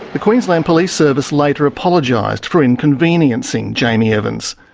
the queensland police service later apologised for inconveniencing jamie evans.